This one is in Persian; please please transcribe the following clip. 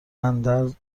اندرز